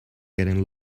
getting